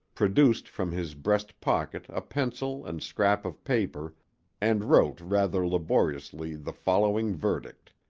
produced from his breast pocket a pencil and scrap of paper and wrote rather laboriously the following verdict,